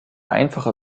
einfache